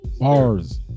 Bars